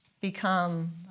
become